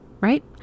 Right